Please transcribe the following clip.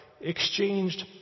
exchanged